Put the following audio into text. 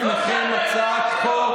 אני שמח להציג בפניכם הצעת חוק,